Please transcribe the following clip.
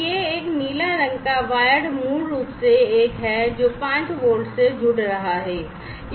तो यह एक नीला रंग का wired मूल रूप से एक है जो 5 वोल्ट से जुड़ रहा है